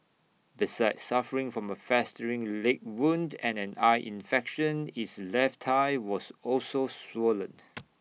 besides suffering from A festering leg wound and an eye infection its left high was also swollen